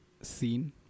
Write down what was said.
scene